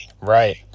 Right